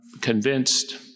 convinced